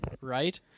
Right